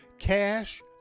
Cash